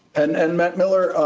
and and, matt miller,